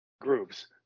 Groups